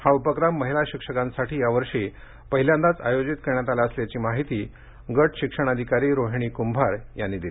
हा उपक्रम महिला शिक्षकांसाठी यावर्षी पहिल्यांदाच आयोजित करण्यात आला असल्याची माहिती गटशिक्षणाधिकारी रोहिणी क्भार यांनी दिली